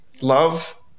love